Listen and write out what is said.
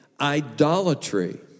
idolatry